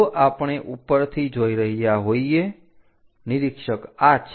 જો આપણે ઉપરથી જોઈ રહ્યા હોઈએ નિરીક્ષક આ છે